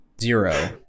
Zero